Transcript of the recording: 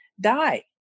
die